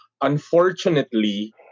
Unfortunately